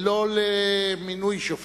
ולא למינוי שופטים,